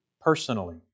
personally